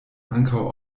ankaŭ